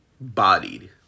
Bodied